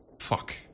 Fuck